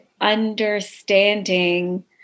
understanding